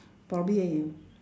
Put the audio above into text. probably